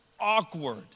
awkward